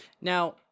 Now